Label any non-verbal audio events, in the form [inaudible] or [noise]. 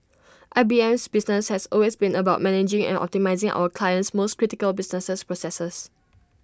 I B M [unintelligible] business has always been about managing and optimising our clients most critical businesses processes